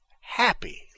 happy